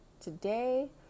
today